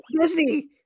disney